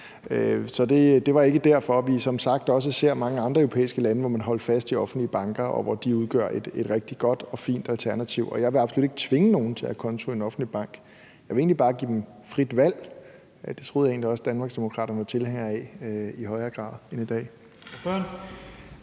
det var ikke derfor. Vi ser som sagt også mange andre europæiske lande, hvor man holdt fast i offentlige banker, og hvor de udgør et rigtig godt og fint alternativ. Jeg vil absolut ikke tvinge nogen til at have konto i en offentlig bank, jeg vil egentlig bare give dem et frit valg. Det troede jeg egentlig også at Danmarksdemokraterne var tilhængere af at der skulle være